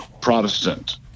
protestant